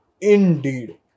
Indeed